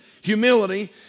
Humility